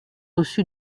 reçu